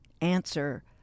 answer